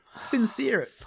sincere